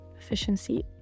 efficiency